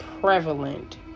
prevalent